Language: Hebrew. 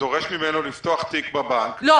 דורש ממנו לפתוח תיק בבנק ולהביא ערבות אישית.